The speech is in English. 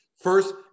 First